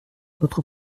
notre